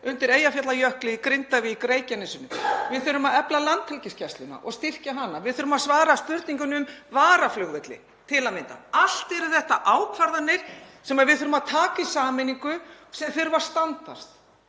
undir Eyjafjallajökli, í Grindavík eða á Reykjanesinu. Við þurfum að efla Landhelgisgæsluna og styrkja hana. Við þurfum að svara spurningunni um varaflugvelli til að mynda. Allt eru þetta ákvarðanir sem við þurfum að taka í sameiningu sem þurfa að standast.